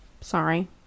Sorry